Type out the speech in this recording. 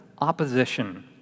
opposition